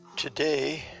Today